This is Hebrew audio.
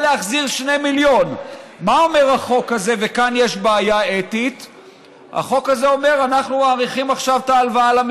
החוק הזה יוצר בעיה כספית כפולה,